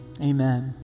amen